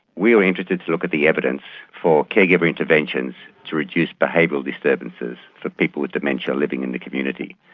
we were interested to look at the evidence for care giver interventions to reduce behavioural disturbances for people with dementia living in the community.